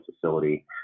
facility